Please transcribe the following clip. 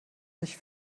sich